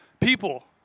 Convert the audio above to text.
people